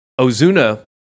Ozuna